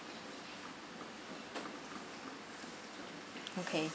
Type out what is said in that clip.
okay